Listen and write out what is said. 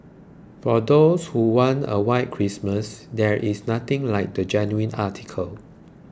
for those who want a white Christmas there is nothing like the genuine article